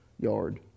yard